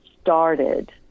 started